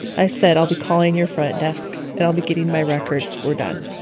i said, i'll be calling your front desk and i'll be getting my records. we're done